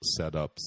setups